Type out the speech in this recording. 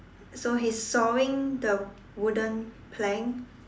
so he is sawing the wooden plank